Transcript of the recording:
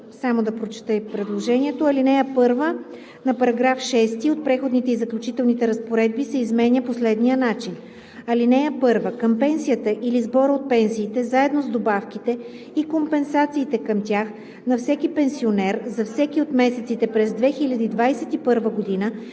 „Алинея 1 на § 6 от Преходните и заключителните разпоредби се изменя по следния начин: (1) Към пенсията или сбора от пенсиите, заедно с добавките и компенсациите към тях на всеки пенсионер, за всеки от месеците през 2021 г.